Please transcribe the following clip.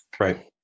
Right